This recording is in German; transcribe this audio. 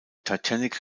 titanic